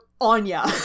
anya